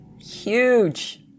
huge